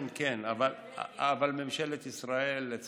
כן, כן, אבל ממשלת ישראל והאוצר, לצערנו,